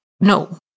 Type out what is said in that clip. no